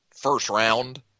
first-round